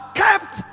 kept